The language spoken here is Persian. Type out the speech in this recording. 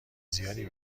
زیادی